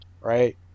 right